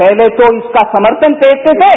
पहले तो इसका समर्थन देते थे